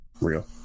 real